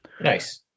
Nice